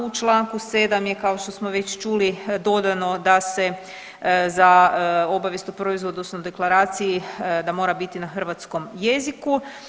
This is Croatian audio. U Članku 7. je kao što smo već čuli dodano da se za obavijest o proizvodu odnosno deklaraciji da mora biti na hrvatskom jeziku.